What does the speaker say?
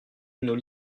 nous